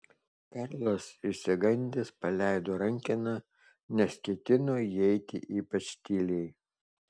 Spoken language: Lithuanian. karlas išsigandęs paleido rankeną nes ketino įeiti ypač tyliai